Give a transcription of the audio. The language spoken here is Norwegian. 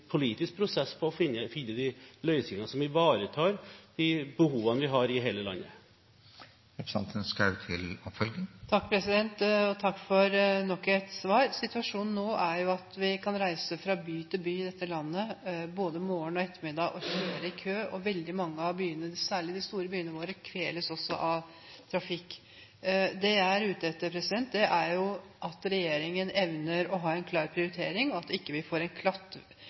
politisk prosess for å finne de løsningene som ivaretar behovene i hele landet. Takk for nok et svar. Situasjonen nå er at vi kan reise fra by til by i dette landet både morgen og ettermiddag og kjøre i kø, og veldig mange av byene – særlig de store byene – kveles også av trafikk. Det jeg er ute etter, er at regjeringen evner å ha en klar prioritering, slik at vi ikke får en